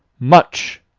much!